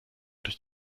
durch